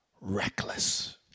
reckless